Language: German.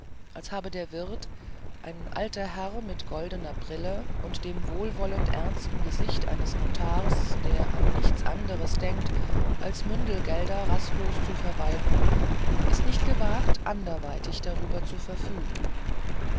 als habe der wirt ein alter herr mit goldener brille und dem wohlwollend ernsten gesicht eines notars der an nichts anderes denkt als mündelgelder rastlos zu verwalten es nicht gewagt anderweitig darüber zu verfügen